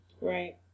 Right